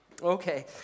Okay